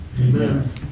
Amen